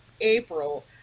april